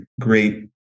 great